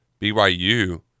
BYU